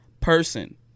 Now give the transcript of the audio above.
person